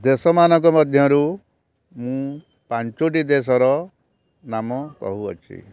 ଦେଶମାନଙ୍କ ମଧ୍ୟରୁ ମୁଁ ପାଞ୍ଚୋଟି ଦେଶର ନାମ କହୁଅଛି